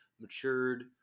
matured